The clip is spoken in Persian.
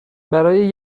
برای